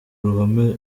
ruhome